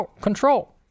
control